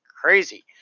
crazy